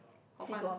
hor fun